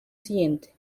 siguiente